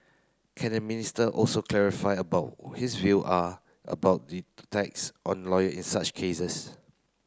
can the Minister also clarify about his view are about the attacks on lawyer in such cases